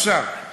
(בערבית: קח רגע.) (בערבית: